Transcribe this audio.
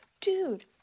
Dude